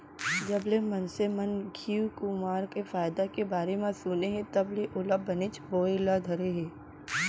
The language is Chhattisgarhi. जबले मनसे मन घींव कुंवार के फायदा के बारे म सुने हें तब ले ओला बनेच बोए ल धरे हें